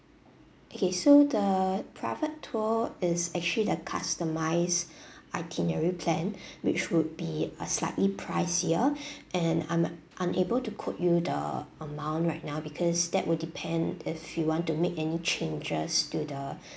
okay so the private tour is actually the customise itinerary plan which would be a slightly pricier and I might unable to quote you the amount right now because that would depend if you want to make any changes to the